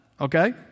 Okay